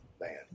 man